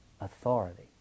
authority